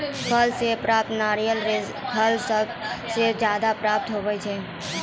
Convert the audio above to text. फल से प्राप्त नारियल रो फल से ज्यादा प्राप्त हुवै छै